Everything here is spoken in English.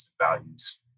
values